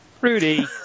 Rudy